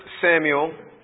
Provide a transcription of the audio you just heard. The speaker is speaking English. Samuel